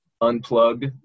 unplugged